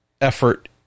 effort